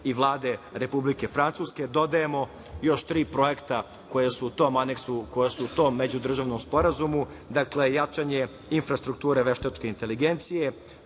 i Vlade Republike Francuske. Dodajemo još tri projekta koja su u tom Aneksu, koja su u tom međudržavnom sporazumu. Dakle, jačanje infrastrukture veštačke inteligencije,